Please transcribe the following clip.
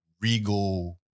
regal